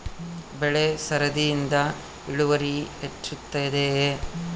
ಬೆಳೆ ಸರದಿಯಿಂದ ಇಳುವರಿ ಹೆಚ್ಚುತ್ತದೆಯೇ?